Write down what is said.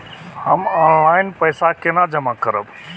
हम ऑनलाइन पैसा केना जमा करब?